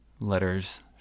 letters